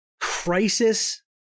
crisis